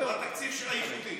התקציב או התקציב של הייחודיים?